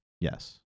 Yes